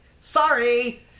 Sorry